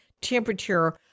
temperature